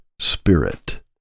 spirit